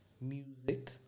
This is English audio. Music